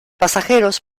pasajeros